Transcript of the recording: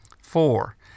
Four